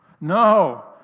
No